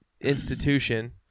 institution